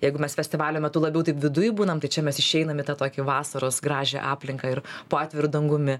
jeigu mes festivalio metu labiau taip viduj būname tai čia mes išeinam į tą tokį vasaros gražią aplinką ir po atviru dangumi